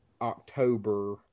October